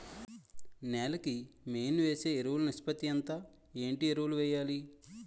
నేల కి మెయిన్ వేసే ఎరువులు నిష్పత్తి ఎంత? ఏంటి ఎరువుల వేయాలి?